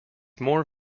more